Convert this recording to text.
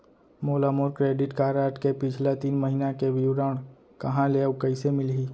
मोला मोर credit card के पिछला तीन महीना के विवरण कहाँ ले अऊ कइसे मिलही?